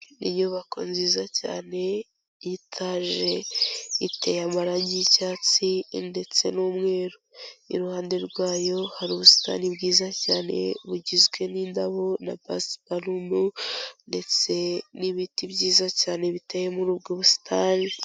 Inyubako nziza cyane y'itaje iteye amarange y'icyatsi ndetse n'umweru, iruhande rwayo hari ubusitani bwiza cyane bugizwe n'indabo na pasiparumu ndetse n'ibiti byiza cyane biteye muri ubwo busitani.